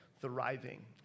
thriving